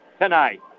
tonight